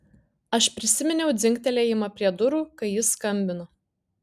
aš prisiminiau dzingtelėjimą prie durų kai jis skambino